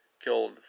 killed